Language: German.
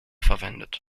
verwendet